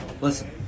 Listen